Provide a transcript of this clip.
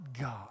God